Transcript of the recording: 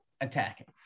attacking